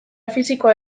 fisikoa